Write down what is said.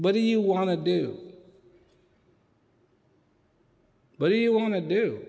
what do you want to do but do you want to do